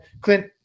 Clint